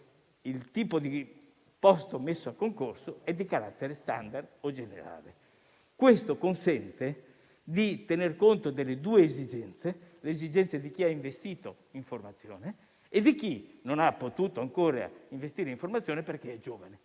il tipo di posto messo a concorso è di carattere *standard* o generale. Questo consente di tener conto delle due esigenze: quelle di chi ha investito in formazione e quelle di chi non ha ancora potuto farlo, perché è giovane.